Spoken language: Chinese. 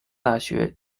大学